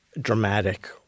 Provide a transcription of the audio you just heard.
dramatic